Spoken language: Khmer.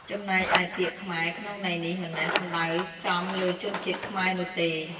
ចំណែកឯ ពាក្យ "ខ្មែរ" ក្នុងន័យនេះ មិនមែនសំដៅចំលើជនជាតិខ្មែរនោះទេ។